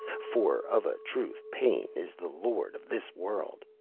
for of a truth pain is the lord of this world,